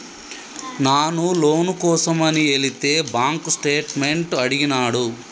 నాను లోను కోసమని ఎలితే బాంక్ స్టేట్మెంట్ అడిగినాడు